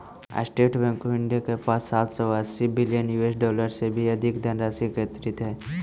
state Bank of India के पास सात सौ अस्सी बिलियन यूएस डॉलर से अधिक के धनराशि एकत्रित हइ